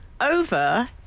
over